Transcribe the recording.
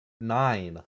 nine